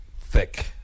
thick